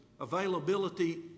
availability